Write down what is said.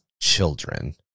children